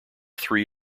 three